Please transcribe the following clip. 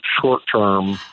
short-term